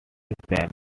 appearance